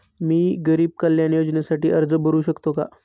मी गरीब कल्याण योजनेसाठी अर्ज भरू शकतो का?